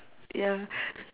ya